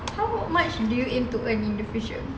how much do you aim to earn in the future